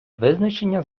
визначення